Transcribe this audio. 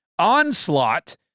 Onslaught